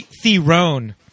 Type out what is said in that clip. Theron